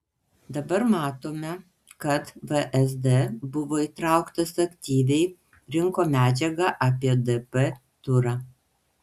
dabar matome kad vsd buvo įtrauktas aktyviai rinko medžiagą apie dp turą